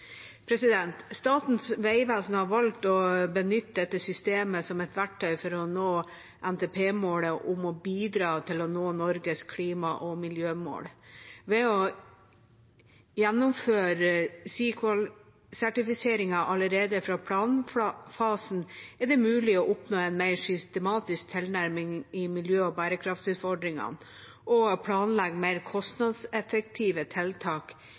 Statens vegvesen har valgt å benytte dette systemet som et verktøy for å nå NTP-målet om å bidra til å nå Norges klima- og miljømål. Ved å gjennomføre CEEQUAL-sertifiseringen allerede fra planfasen er det mulig å oppnå en mer systematisk tilnærming til miljø- og bærekraftsutfordringene og planlegge mer kostnadseffektive tiltak